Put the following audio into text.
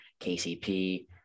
KCP